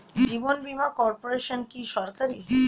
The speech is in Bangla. জীবন বীমা কর্পোরেশন কি সরকারি?